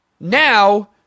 now